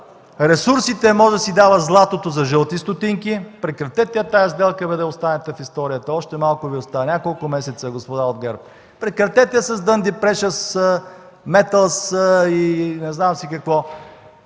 ресурсите, може да си дава златото за жълти стотинки. Прекратете я тази сделка, бе, да останете в историята. Още малко Ви остана, няколко месеца, господа от ГЕРБ. Прекратете я с „Дънди прешъс метълс” и не знам си какво,